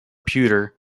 pewter